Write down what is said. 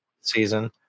Season